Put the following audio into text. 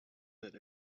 that